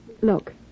look